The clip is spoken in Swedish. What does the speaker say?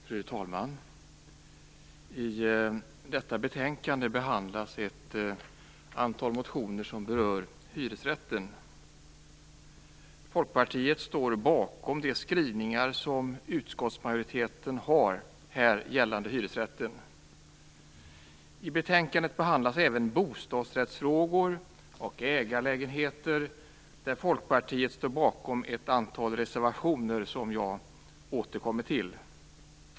Fru talman! I detta betänkande behandlas ett antal motioner som berör hyresrätten. Folkpartiet står bakom de skrivningar som utskottsmajoriteten har gällande hyresrätten. I betänkandet behandlas även bostadsrättsfrågor och ägarlägenheter. Där står Folkpartiet bakom ett antal reservationer som jag återkommer till.